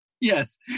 Yes